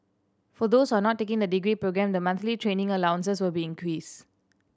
for those who are not taking the degree programme the monthly training allowances will be increase